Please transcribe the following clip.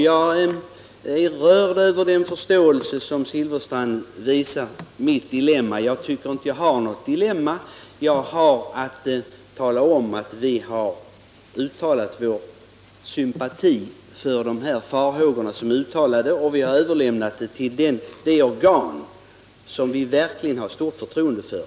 Jag är rörd över den förståelse som herr Silfverstrand visar för det dilemma som han anser att jag befinner mig i. Jag tycker emellertid att jag inte är i något dilemma. Vi har uttalat vår sympati för farhågorna, och vi har överlämnat saken till det organ som har hand om detta och som vi verkligen har stort förtroende för.